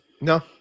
no